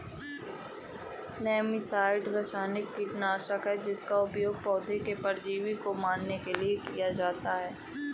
nematicide रासायनिक कीटनाशक है जिसका उपयोग पौधे परजीवी को मारने के लिए किया जाता है